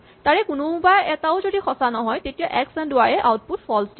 তাৰে কোনোবা এটাও যদি সঁচা নহয় তেতিয়া এক্স এন্ড ৱাই য়ে আউটপুট ফল্চ দিব